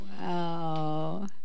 Wow